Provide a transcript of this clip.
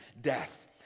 death